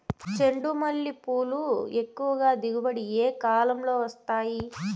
చెండుమల్లి పూలు ఎక్కువగా దిగుబడి ఏ కాలంలో వస్తాయి